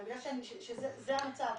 יכול להיות שיש תקלות,